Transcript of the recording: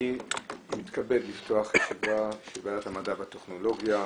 אני מתכבד לפתוח את ישיבת ועדת המדע והטכנולוגיה,